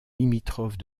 limitrophe